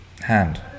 Hand